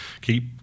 keep –